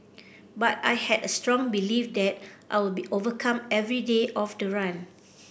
but I had a strong belief that I will be overcome every day of the run